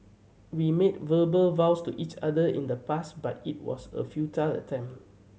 we made verbal vows to each other in the past but it was a futile attempt